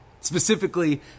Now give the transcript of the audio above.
Specifically